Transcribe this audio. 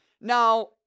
Now